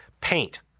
paint